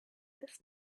this